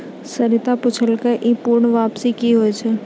सरिता पुछलकै ई पूर्ण वापसी कि होय छै?